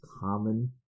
common